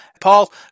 Paul